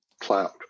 cloud